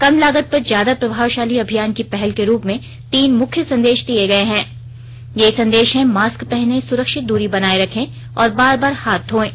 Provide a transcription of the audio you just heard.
कम लागत पर ज्यादा प्रभावशाली अभियान की पहल के रूप में तीन मुख्य संदेश दिए गए हैं ये संदेश हैं मास्क पहनें सुरक्षित दूरी बनाए रखें और बार बार हाथ धोयें